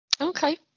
Okay